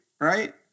right